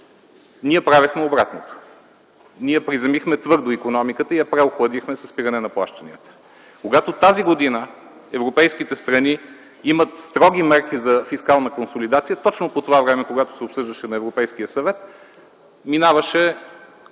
ние правехме обратното. Ние приземихме твърдо икономиката и я преохладихме със спиране на плащанията. Когато тази година европейските страни имат строги мерки за фискална консолидация, точно по това време, когато се обсъждаше на Европейския съвет, минаваше